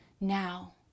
now